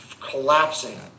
collapsing